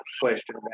question